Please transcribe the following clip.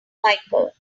michael